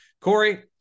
Corey